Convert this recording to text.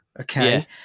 okay